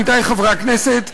עמיתי חברי הכנסת,